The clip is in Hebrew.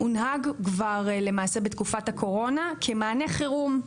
הונהג כבר למעשה בתקופת הקורונה כמענה חירום,